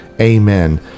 amen